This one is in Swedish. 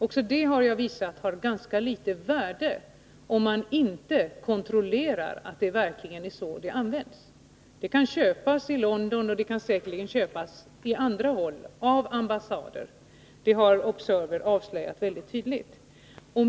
De har också, som jag visat, ganska litet värde om man inte kontrollerar att de används på rätt sätt. De kan köpas i London, och de kan säkerligen köpas på andra håll hos olika ambassader. Det har Observer avslöjat väldigt tydligt.